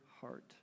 heart